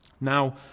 Now